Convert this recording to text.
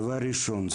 דבר ראשון,